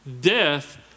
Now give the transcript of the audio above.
death